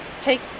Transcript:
take